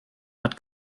hat